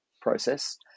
process